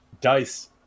dice